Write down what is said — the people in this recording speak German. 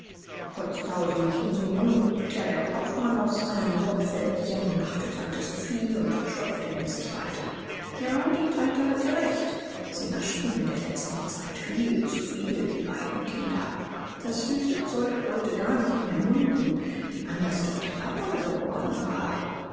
potztausend unserem jungen guckt ja der kaufmann aus allen hautfältchen lachte tante sophie und stopfte emsig weiter ja die tante hatte recht sie naschten in der letzten zeit viel zu viel die beiden kinder das süße zeug wollte gar nicht mehr munden wie anders doch der papa geworden war